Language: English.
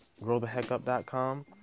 growtheheckup.com